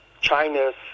China's